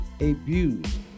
abused